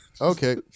okay